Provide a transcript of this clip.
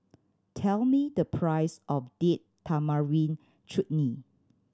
tell me the price of Date Tamarind Chutney